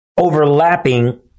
overlapping